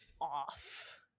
off